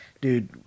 dude